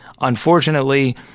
Unfortunately